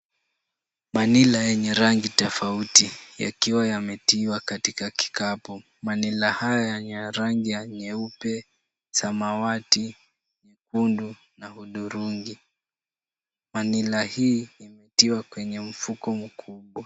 Manila yenye rangi tofauti yakiwa yametiwa katika kikapu. Manila haya ya rangi ya nyeupe, samawati, nyekundu na hudhurungi. Manila hii imetiwa kwenye mfuko mkubwa.